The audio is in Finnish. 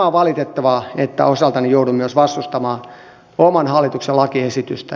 on valitettavaa että osaltani joudun vastustamaan oman hallituksen lakiesitystä